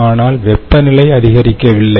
ஆனால் வெப்பநிலை அதிகரிக்கவில்லை